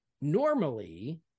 normally